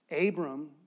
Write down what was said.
Abram